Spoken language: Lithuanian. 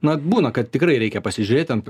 na būna kad tikrai reikia pasižiūrėt ten